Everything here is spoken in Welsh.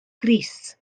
grys